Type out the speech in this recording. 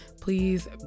Please